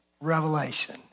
revelation